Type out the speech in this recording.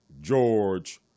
George